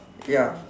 ya